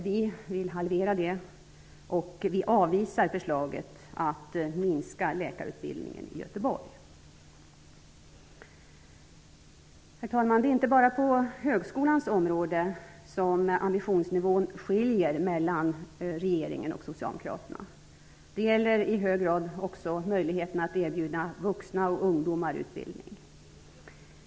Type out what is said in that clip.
Vi vill få till stånd en halvering och avvisar därmed förslaget om att minska läkarutbildningen i Göteborg. Herr talman! Det är inte bara på högskolans område som regeringens och socialdemokraternas ambitionsnivåer skiljer sig. Det gäller i hög grad också möjligheten att erbjuda vuxna och ungdomar utbildning.